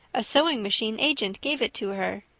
a sewing-machine agent gave it to her.